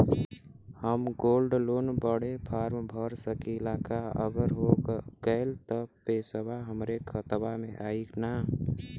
हम gold loan बड़े form भर सकी ला का अगर हो गैल त पेसवा हमरे खतवा में आई ना?